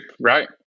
right